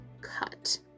cut